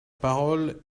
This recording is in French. parole